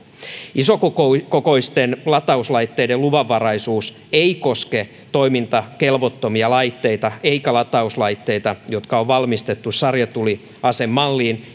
isokokoisten latauslaitteiden luvanvaraisuus ei koske toimintakelvottomia laitteita eikä latauslaitteita jotka on valmistettu sarjatuliasemalliin